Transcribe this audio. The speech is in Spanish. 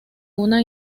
una